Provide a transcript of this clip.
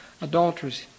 adulteries